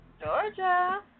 Georgia